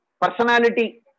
Personality